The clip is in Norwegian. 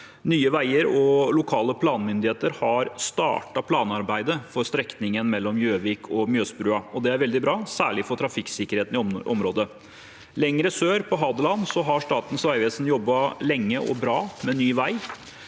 Nye veier og lokale planmyndigheter har startet planarbeidet for strekningen mellom Gjøvik og Mjøsbrua. Det er veldig bra, særlig for trafikksikkerheten i området. Lenger sør, på Hadeland, har Statens vegvesen jobbet lenge og bra med ny vei.